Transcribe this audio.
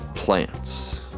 Plants